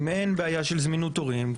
אם אין בעיה של זמינות תורים,